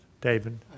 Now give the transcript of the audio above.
david